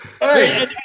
Hey